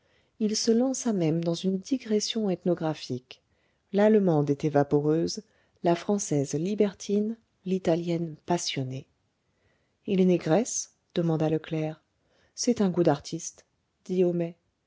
il se lança même dans une digression ethnographique l'allemande était vaporeuse la française libertine l'italienne passionnée et les négresses demanda le clerc c'est un goût d'artiste